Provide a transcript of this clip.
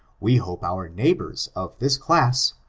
we hope our neighbors of this class,